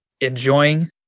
enjoying